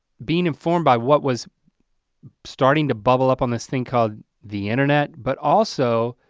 being informed by what was starting to bubble up on this thing called the internet, but also,